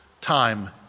time